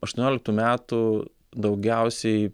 aštuonioliktų metų daugiausiai